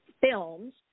films